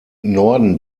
norden